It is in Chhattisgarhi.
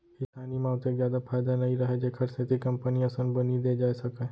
किसानी म ओतेक जादा फायदा नइ रहय जेखर सेती कंपनी असन बनी दे जाए सकय